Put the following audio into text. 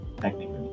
technically